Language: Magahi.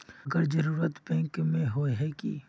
अगर जरूरत बैंक में होय है की?